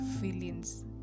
feelings